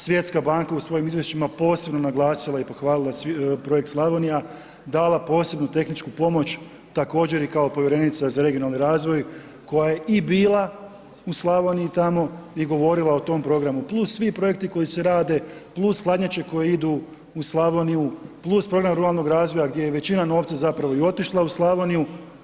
Svjetska banka u svojim izvješćima posebno naglasila i pohvalila projekt Slavonija, dala posebnu tehničku pomoć, također i kao povjerenica za regionalnih razvoj, koja je i bila u Slavoniji tamo i govorila o tom programu + svi projekti koji se rade + hladnjače koje idu u Slavoniju + program ruralnog razvoja gdje je većina novca zapravo i otišla u Slavoniju.